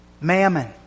mammon